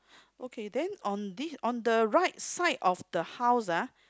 okay then on this on the right side of the house ah